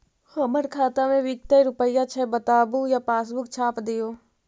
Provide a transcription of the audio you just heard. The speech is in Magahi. हमर खाता में विकतै रूपया छै बताबू या पासबुक छाप दियो?